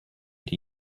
die